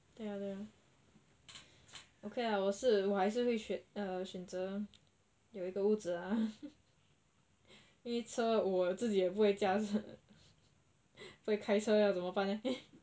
okay lah 我是还是会选选择有一个屋子啦 因为车我自己也不会驾车所以开车要怎么办 leh